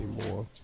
anymore